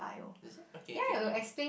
is that okay okay maybe